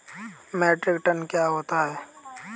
Metric tonne क्या होता है?